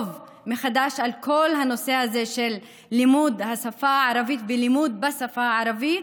מחדש על כל הנושא של לימוד השפה הערבית ולימוד בשפה הערבית,